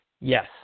Yes